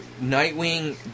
Nightwing